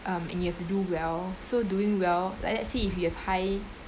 and you have to do well so doing well like let's say if you have high